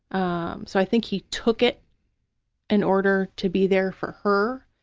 um so i think he took it in order to be there for her,